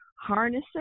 Harnessing